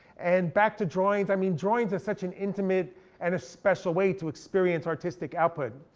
and back to drawings, i mean drawings are such an intimate and a special way to experience artistic output.